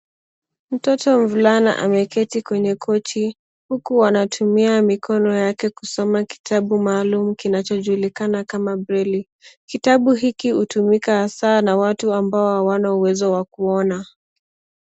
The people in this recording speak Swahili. Mtoto mvulana ameketi kwenye kochi, huku anatumia mikono yake kusoma kitabu maalumu kinachojulikana kama breli. Kitabu hiki hutumika hasa na watu ambao hawana uwezo wa kuona.